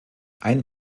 ein